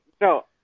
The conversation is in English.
No